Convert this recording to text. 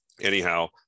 Anyhow